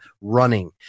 running